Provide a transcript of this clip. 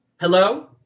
Hello